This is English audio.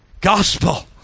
Gospel